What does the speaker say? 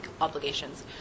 obligations